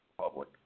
public